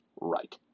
right